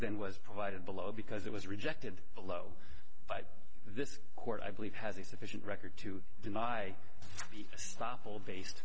than was provided below because it was rejected below but this court i believe has a sufficient record to deny stoffel based